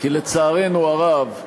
כי, לצערנו הרב,